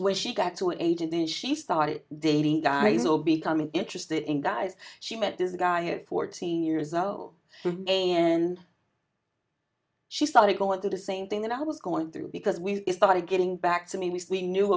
when she got to an age and then she started dating guys or becoming interested in guys she met this guy fourteen years ago and she started going through the same thing that i was going through because we started getting back to me because we knew